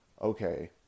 okay